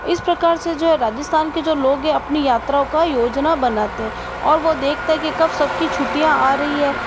इस प्रकार से जो राजस्थान के जो लोग हैं अपनी यात्राओं का योजना बनाते हैं और वो देखते हैं कि कब सबकी छुट्टियाँ आ रही है